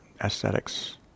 aesthetics